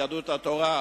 יהדות התורה,